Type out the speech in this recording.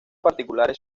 particulares